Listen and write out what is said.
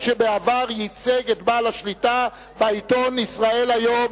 אף שבעבר ייצג את בעל השליטה בעיתון "ישראל היום".